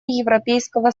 европейского